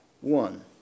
one